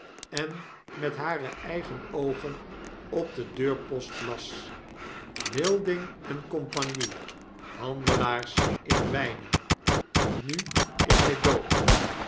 en met hare eigen oogen op de deurpost las wilding en cie handelaars in wynen en nu is zij dood